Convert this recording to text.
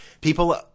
people